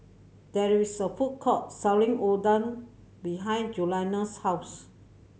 there is a food court selling Oden behind Julianna's house